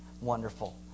wonderful